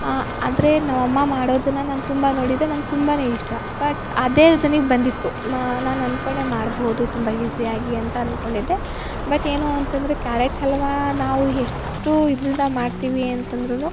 ಆ ಆದರೆ ನಮ್ಮಅಮ್ಮ ಮಾಡೋದನ್ನ ನಾನು ತುಂಬ ನೋಡಿದ್ದೆ ನಂಗೆ ತುಂಬಾ ಇಷ್ಟ ಬಟ್ ಅದೇ ಇದು ನೀವು ಬಂದಿತ್ತು ಮಾ ನಾನು ಅನ್ಕೊಂಡೆ ಮಾಡ್ಬೋದು ತುಂಬ ಈಸಿಯಾಗಿ ಅಂತ ಅನ್ಕೊಂಡಿದ್ದೆ ಬಟ್ ಏನು ಅಂತಂದರೆ ಕ್ಯಾರೆಟ್ ಹಲ್ವಾ ನಾವು ಎಷ್ಟು ಇದರಿಂದ ಮಾಡ್ತೀವಿ ಅಂತಂದ್ರು